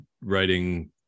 writing